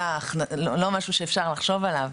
לא משהו שאפשר לחשוב עליו,